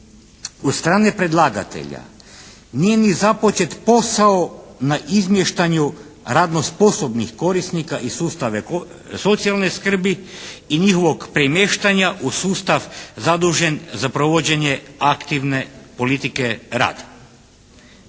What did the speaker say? od strane predlagatelja nije ni započet posao na izmještanju radno sposobnih korisnika iz sustava socijalne skrbi i njihovog premještanja u sustav zadužen za provođenje aktivne politike rada.